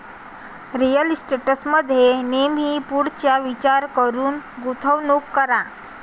real इस्टेटमध्ये नेहमी पुढचा विचार करून गुंतवणूक करा